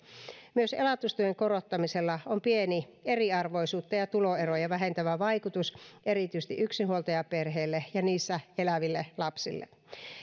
myös elatustuen korottamisella on pieni eriarvoisuutta ja ja tuloeroja vähentävä vaikutus erityisesti yksinhuoltajaperheelle ja niissä eläville lapsille